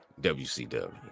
WCW